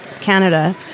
Canada